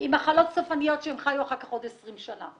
עם מחלות סופניות שחיו אחר כך עוד 20 שנה.